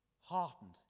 heartened